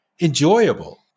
enjoyable